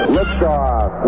Liftoff